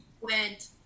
went